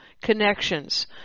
connections